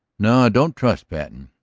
no, i don't trust patten,